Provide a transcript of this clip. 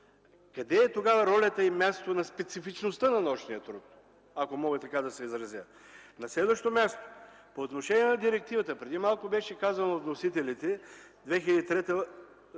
къде е тогава ролята и мястото на специфичността на нощния труд, ако мога така да се изразя? На следващо място. По отношение на Директива 2003/88/ЕО преди малко беше казано от вносителите. Там